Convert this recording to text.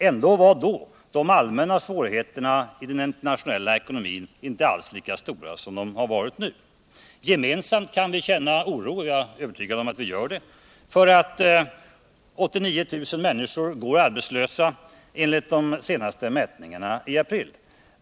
Ändå var de allmänna svårigheterna i den internationella ekonomin då inte alls lika stora som de varit nu. Gemensamt kan vi känna oro — och jag är övertygad om att vi gör det — för att 89 000 människor går arbetslösa enligt de senaste mätningarna i april.